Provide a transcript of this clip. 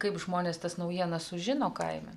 kaip žmonės tas naujienas sužino kaime